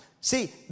See